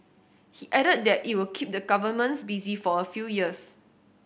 he added that it will keep the governments busy for a few years